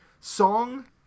Song